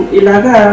ilaga